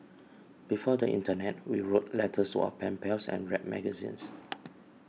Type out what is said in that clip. before the internet we wrote letters to our pen pals and read magazines